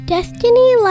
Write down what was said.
Destiny